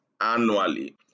annually